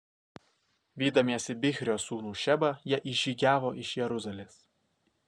vydamiesi bichrio sūnų šebą jie išžygiavo iš jeruzalės